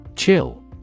Chill